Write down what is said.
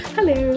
Hello